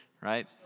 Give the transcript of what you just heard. right